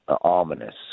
ominous